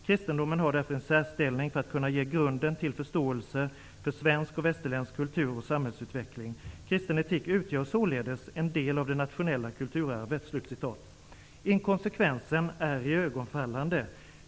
Kristendomen har därför en särställning för att kunna ge grunden till förståelse för svensk och västerländsk kultur och samhällsutveckling. Kristen etik utgör således en del av det nationella kulturarvet.'' Inkonsekvensen är iögonfallande.